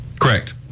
Correct